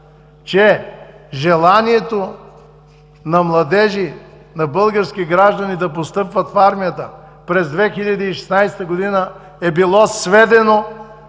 желанието на младежи, на български граждани да постъпват в армията през 2016 г. е било сведено